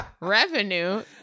revenue